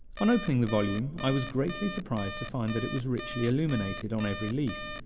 on opening the volume i was greatly surprised to find that it was richly illuminated on every leaf,